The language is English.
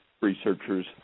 researchers